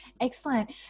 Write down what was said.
Excellent